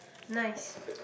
nice